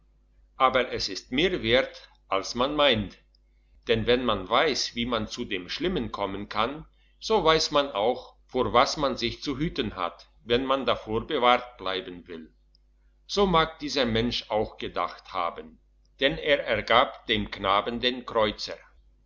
aber es ist mehr wert als man meint denn wenn man weiss wie man zu dem schlimmen kommen kann so weiss man auch vor was man sich zu hüten hat wenn man davor bewahrt bleiben will so mag dieser mann auch gedacht haben denn ergab dem knaben den kreuzer